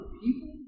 people